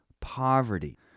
poverty